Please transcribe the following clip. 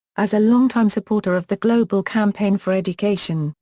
as a longtime supporter of the global campaign for education,